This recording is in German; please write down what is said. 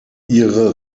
ihre